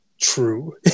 true